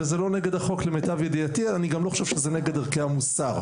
וזה לא נגד החוק למיטב ידיעתי אני גם לא חושב שזה נגד ערכי המוסר,